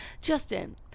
Justin